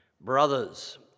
Brothers